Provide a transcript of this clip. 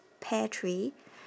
pear tree